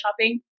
shopping